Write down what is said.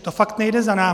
To fakt nejde za námi.